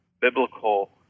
biblical